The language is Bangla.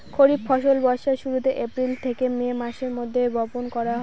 খরিফ ফসল বর্ষার শুরুতে, এপ্রিল থেকে মে মাসের মধ্যে, বপন করা হয়